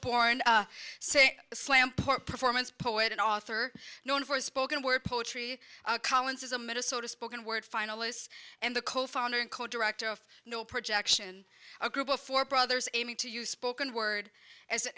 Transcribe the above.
born say slam poor performance poet and author known for his spoken word poetry collins is a minnesota spoken word finalists and the co founder and co director of no projection a group of four brothers aiming to use spoken word as an